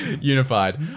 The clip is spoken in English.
unified